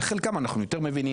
בחלקם אנחנו יותר מבינים,